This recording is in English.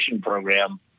program